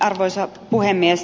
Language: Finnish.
arvoisa puhemies